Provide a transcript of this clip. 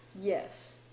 Yes